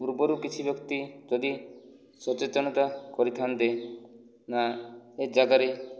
ପୂର୍ବରୁ କିଛି ବ୍ୟକ୍ତି ଯଦି ସଚେତନତା କରିଥାନ୍ତି ନା ଏ ଯାଗାରେ